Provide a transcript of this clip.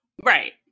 Right